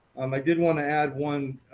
um i did want to add one